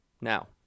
Now